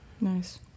Nice